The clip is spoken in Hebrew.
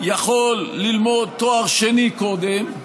יכול ללמוד לתואר שני קודם,